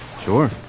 Sure